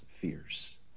fears